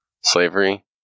slavery